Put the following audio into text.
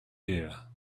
here